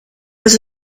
was